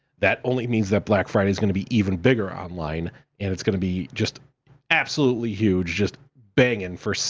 that only means that black friday's gonna be even bigger online and it's gonna be just absolutely huge, just bangin' for,